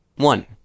One